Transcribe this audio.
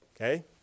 Okay